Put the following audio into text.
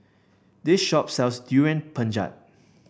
this shop sells Durian Pengat